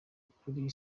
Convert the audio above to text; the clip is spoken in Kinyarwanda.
ukuri